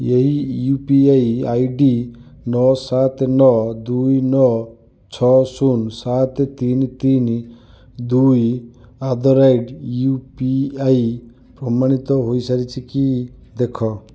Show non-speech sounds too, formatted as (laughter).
ଏହି U P I I D ନଅ ସାତ ନଅ ଦୁଇ ନଅ ଛଅ ଶୂନ ସାତ ତିନି ତିନି ଦୁଇ (unintelligible) ୟୁ ପି ଆଇ ପ୍ରମାଣିତ ହୋଇସାରିଛି କି ଦେଖ